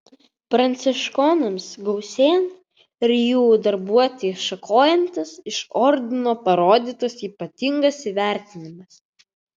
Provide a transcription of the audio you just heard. pranciškonams gausėjant ir jų darbuotei šakojantis iš ordino parodytas ypatingas įvertinimas